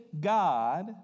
God